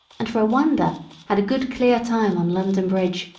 and for a wonder had a good clear time on london bridge,